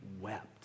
wept